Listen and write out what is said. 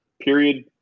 Period